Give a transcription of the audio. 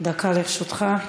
דקה לרשותך.